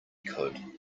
could